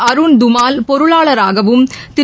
அருண் துமால் பொருளாளராகவும் திரு